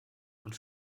und